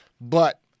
But-